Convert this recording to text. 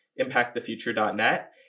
impactthefuture.net